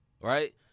Right